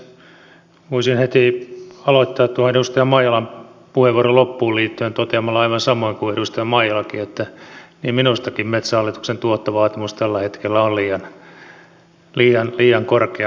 voisin heti aloittaa tuohon edustaja maijalan puheenvuoron loppuun liittyen toteamalla aivan samoin kuin edustaja maijalakin että niin minustakin metsähallituksen tuottovaatimus tällä hetkellä on liian korkea